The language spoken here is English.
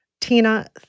Tina